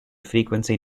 frequency